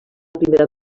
primera